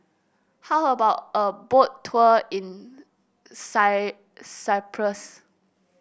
how about a Boat Tour in Cyprus